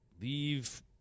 leave